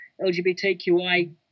LGBTQI